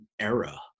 era